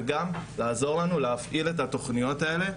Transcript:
וגם לעזור לנו להפעיל את התוכניות האלה,